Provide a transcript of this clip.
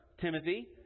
Timothy